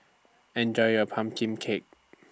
Enjoy your Pumpkin Cake